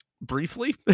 Briefly